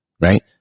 right